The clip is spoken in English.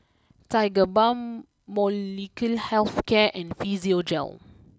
Tiger Balm Molnylcke health care and Physiogel